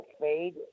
fade